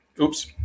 Oops